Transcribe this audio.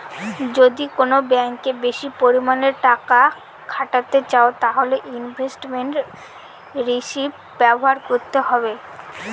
যদি কোন ব্যাঙ্কে বেশি পরিমানে টাকা খাটাতে চাও তাহলে ইনভেস্টমেন্ট রিষিভ ব্যবহার করতে হবে